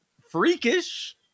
freakish